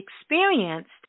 experienced